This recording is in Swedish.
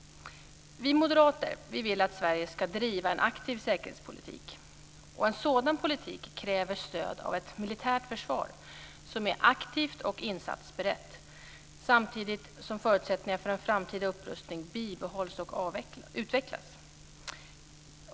Vi moderater vill att Sverige ska driva en aktiv säkerhetspolitik. En sådan politik kräver stöd av ett militärt försvar som är aktivt och insatsberett samtidigt som förutsättningar för en framtida upprustning bibehålls och utvecklas.